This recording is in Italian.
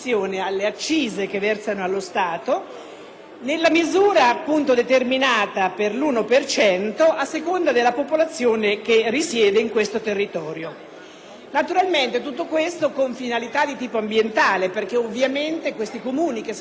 nella misura determinata nell'1 per cento, a seconda della popolazione che risiede in quel territorio. Naturalmente, tutto questo con finalità di tipo ambientale perché ovviamente questi Comuni, sedi di raffinerie o di impianti di questo tipo,